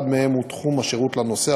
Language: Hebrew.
אחד מהם הוא תחום השירות לנוסע,